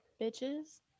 Bitches